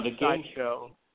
sideshow